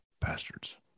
Bastards